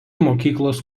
mokyklos